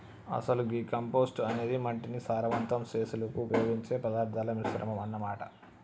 అసలు గీ కంపోస్టు అనేది మట్టిని సారవంతం సెసులుకు ఉపయోగించే పదార్థాల మిశ్రమం అన్న మాట